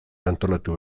antolatu